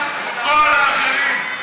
כל האחרים.